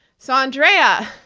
so, andrea,